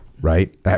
right